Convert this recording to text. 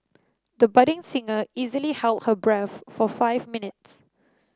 the budding singer easily held her breath for five minutes